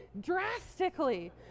drastically